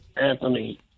Anthony